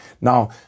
Now